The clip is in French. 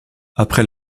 après